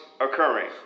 occurring